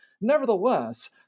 Nevertheless